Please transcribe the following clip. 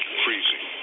freezing